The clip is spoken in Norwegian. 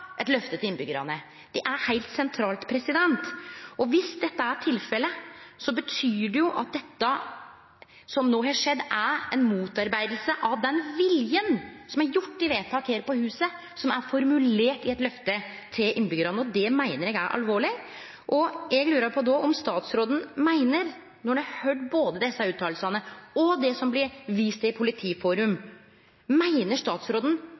eit løfte til innbyggjarane. Det er heilt sentralt. Og viss dette er tilfelle, betyr det jo at dette som no har skjedd, er ei motarbeiding av den viljen som er gjort i vedtak her på huset, som er formulert i «eit løfte til innbyggjarane», og det meiner eg er alvorleg. Då lurar eg på om statsråden, når han har høyrt både desse fråsegnene og det som det blir vist til i Politiforum, trass i dette meiner